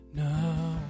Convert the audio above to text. now